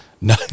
no